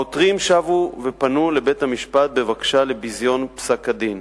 העותרים שבו ופנו לבית-המשפט בבקשה לביזיון פסק-הדין.